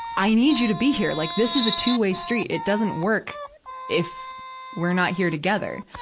i need you to be here. like, this is a two-way street, it doesn't work if we're not here together.